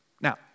Now